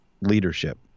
leadership